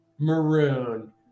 maroon